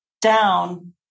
down